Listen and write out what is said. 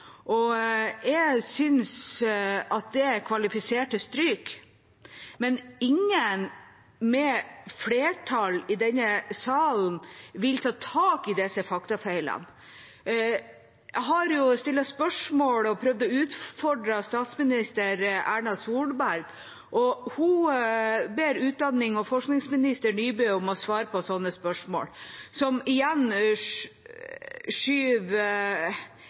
Jeg synes at det kvalifiserer til stryk. Men ingen med flertall i denne salen vil ta tak i disse faktafeilene. Jeg har stilt spørsmål og prøvd å utfordre statsminister Erna Solberg, og hun ber utdannings- og forskningsminister Nybø om å svare på sånne spørsmål, og hun igjen skyver